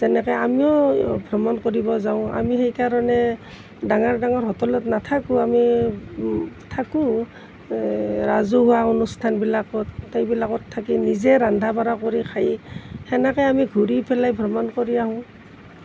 যেনেকৈ আমিও ভ্ৰমণ কৰিব যাওঁ আমি সেইকাৰণে ডাঙৰ ডাঙৰ হোটেলত নাথাকোঁ আমি থাকোঁ ৰাজহুৱা অনুষ্ঠানবিলাকত সেইবিলাকত থাকি নিজেই ৰন্ধা বঢ়া কৰি খাই সেনেকৈ আমি ঘূৰি পেলাই ভ্ৰমণ কৰি আহোঁ